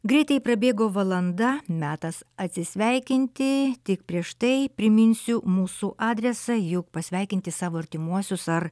greitai prabėgo valanda metas atsisveikinti tik prieš tai priminsiu mūsų adresą juk pasveikinti savo artimuosius ar